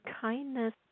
kindness